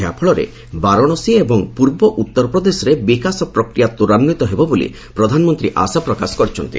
ଏହାଫଳରେ ବାରାଣସୀ ଏବଂ ପୂର୍ବ ଉତ୍ତରପ୍ରଦେଶରେ ବିକାଶ ପ୍ରକ୍ରିୟା ତ୍ୱରାନ୍ୱିତ ହେବ ବୋଲି ପ୍ରଧାନମନ୍ତ୍ରୀ ଆଶା ପ୍ରକାଶ କରିଛନ୍ତି